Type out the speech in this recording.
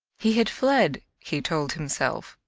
he had fled, he told himself,